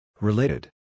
Related